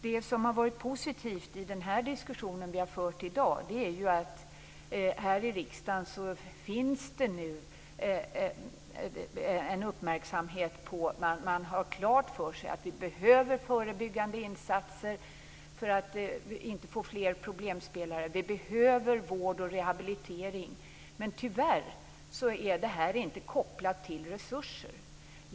Det som har varit positivt i den diskussion vi har fört i dag är att det här i riksdagen nu finns en uppmärksamhet på att det behövs förebyggande insatser för att inte få fler problemspelare och att det behövs vård och rehabilitering. Men tyvärr är inte det här kopplat till resurser.